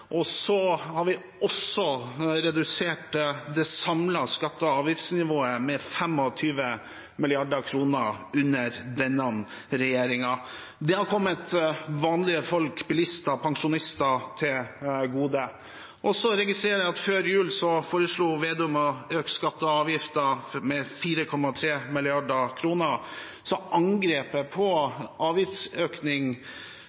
Vi har også redusert det samlede skatte- og avgiftsnivået med 25 mrd. kr under denne regjeringen. Det har kommet vanlige folk, bilister og pensjonister til gode. Jeg registrerer at før jul foreslo Slagsvold Vedum å øke skatter og avgifter med 4,3 mrd. kr. Så angrepet